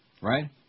right